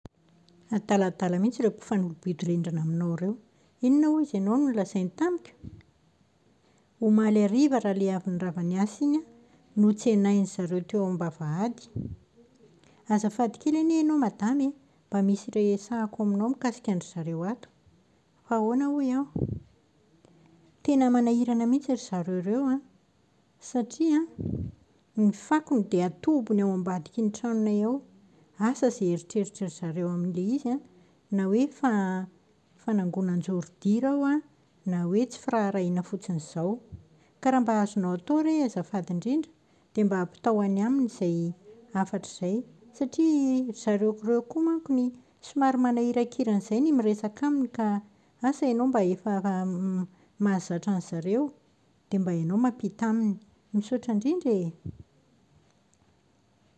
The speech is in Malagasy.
Adaladala mihintsy ireo mpifanolo-bodirindrina aminao ireo! Inona hozy ianao no nolazain’izy ireo tamiko? Omaly hariva raha ilay avy nirava niasa iny aho, notsenain'izareo teo am-bavahady. Azafady kely anie ianao madama e! Mba misy resahako aminao mikasika an-dry zareo ato. Fa ahoana hoy aho? Tena manahirana mihitsy ry zareo ireo an, satria ny fakony dia atobiny ao ambadiky ny tranonay ao. Asa izay eritreritry ry zareo amin'ilay izy an, na hoe fa- fanangonan-jaoridira ao an, na hoe tsy firaharahiana fotsiny izao. Ka raha mba azonao atao re azafady indridnra, dia mba ampitao any aminy izay hafatra izay. Satria ry zareo ireo koa mankony, somary manahirankirana izay ny miresaka aminy ka asa ianao mba efa mahazatra an-dry zareo, dia mba ianao no mampita aminy. Misaotra indrindra e!